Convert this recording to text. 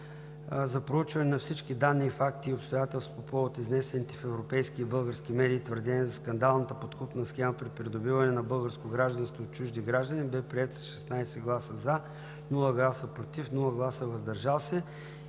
за проучване на всички данни, факти и обстоятелства по повод изнесените в европейски и български медии твърдения за скандалната подкупна схема при придобиване на българско гражданство от чужди граждани, бе приет с 16 гласа „за“, без гласове „против“ и „въздържал се“.